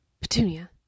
Petunia